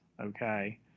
okay